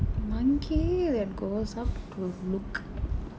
monkey that goes up to look